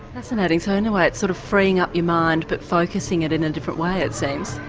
fascinating, so in a way it's sort of freeing up your mind but focusing it in a different way, it seems.